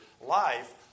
life